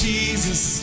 Jesus